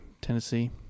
Tennessee